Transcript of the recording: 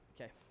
Okay